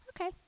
okay